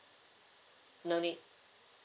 no need